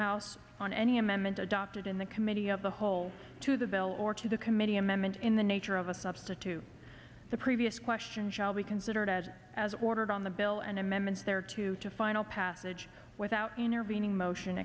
house on any amendment adopted in the committee of the whole to the bill or to the committee amendment in the nature of a substitute the previous question shall be considered as as ordered on the bill and amendments there two to final passage without intervening motion